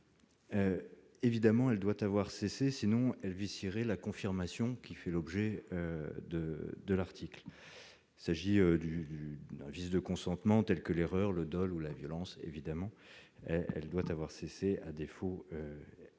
évidemment, elle doit avoir cessé sinon elle hier et la confirmation qui fait l'objet de de l'article, il s'agit du vice de consentement, tels que l'erreur le Dol ou la violence, évidemment, elle doit avoir cessé à défaut